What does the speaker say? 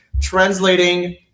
translating